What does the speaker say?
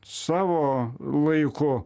savo laiku